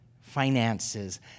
finances